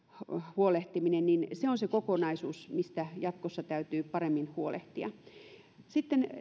huolehtiminen se on se kokonaisuus mistä jatkossa täytyy paremmin huolehtia sitten